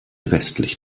westlich